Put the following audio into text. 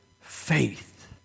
faith